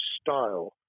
style